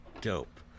dope